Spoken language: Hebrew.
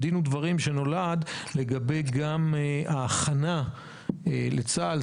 דין הדברים שנולד לגבי ההכנה לצה"ל,